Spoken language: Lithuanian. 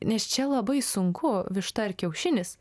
nes čia labai sunku višta ar kiaušinis